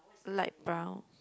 light brown